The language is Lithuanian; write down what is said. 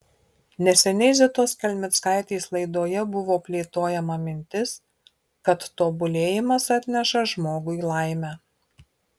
neseniai zitos kelmickaitės laidoje buvo plėtojama mintis kad tobulėjimas atneša žmogui laimę